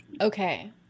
Okay